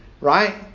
right